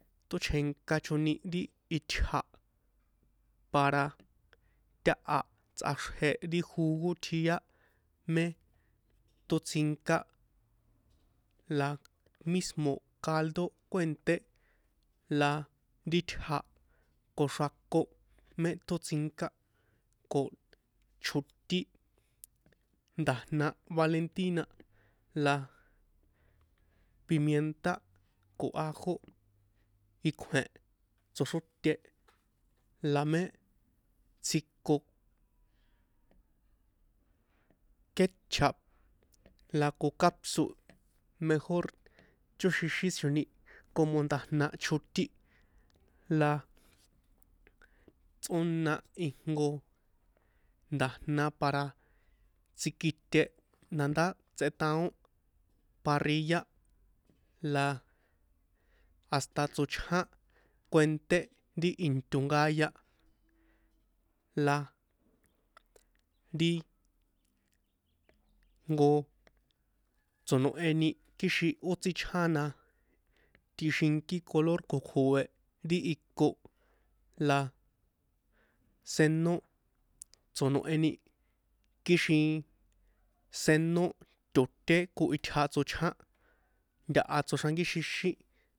Tóchjenkachoni ri itja para taha tsꞌáxrje ri jugo tjia mé tótsinká la mísmo̱ caldo kuènté la ri itja ko xrakon mé tóstinká ko chotín nda̱jna vapentina la pimienta ko ajo íkjue̱n tsoxróte la mé tjiko kechup la ko katsu mejor chóxixínchoni como nda̱jna chotín la tsꞌóna ijnko nda̱jna para tsikite nandá tsetaon parrilla la hasta tsochján kuenté ri into nkaya la ri jnko tso̱noheni kixin ó tsíchjana tixinki color ri ko̱kjoe̱ ri iko la senó tso̱noheni kixin senó toṭé ko itja tsochján ntaha tsoxrankíxixín.